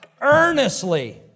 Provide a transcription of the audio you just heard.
earnestly